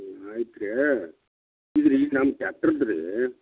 ಆಯ್ತು ರೀ ಇದು ರೀ ಈ ನಮ್ದು ಟ್ರ್ಯಾಕ್ಟರ್ದು ರೀ